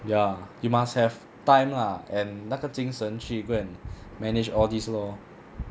ya you must have time lah and 那个精神去 go and manage all these lor